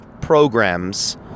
Programs